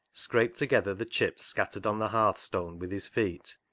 scraped together the chips scattered on the hearthstone with his feet,